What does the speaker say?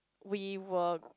we were